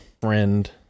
friend